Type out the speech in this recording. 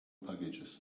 packages